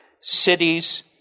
cities